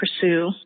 pursue